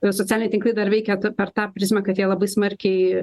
ir socialiniai tinklai dar veikia ti per tą prizmę kad jie labai smarkiai